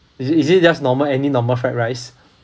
is it is it just normal any normal fried rice